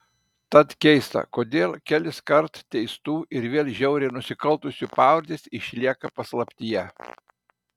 tad keista kodėl keliskart teistų ir vėl žiauriai nusikaltusių pavardės išlieka paslaptyje